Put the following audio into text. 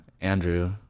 Andrew